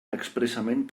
expressament